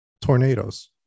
tornadoes